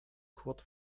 kurz